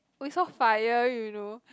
we saw fire you know